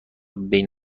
بین